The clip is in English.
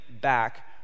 back